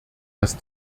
dass